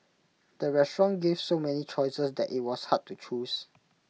the restaurant gave so many choices that IT was hard to choose